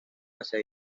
hacia